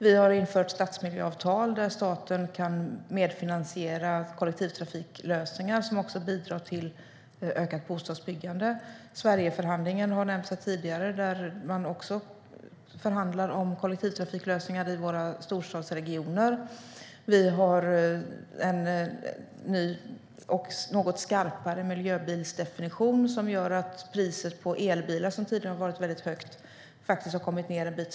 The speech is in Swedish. Vi har infört stadsmiljöavtal där staten kan medfinansiera kollektivtrafiklösningar, vilket också bidrar till ökat bostadsbyggande. I Sverigeförhandlingen, som har nämnts tidigare, förhandlar man om kollektivtrafiklösningar i våra storstadsregioner. Vi har en ny och något skarpare miljöbilsdefinition som gör så att priset på elbilar, som tidigare har varit högt, faktiskt har kommit ned en bit.